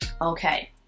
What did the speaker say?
Okay